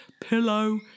pillow